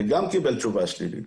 וגם קיבל תשובה שלילית.